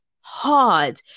hard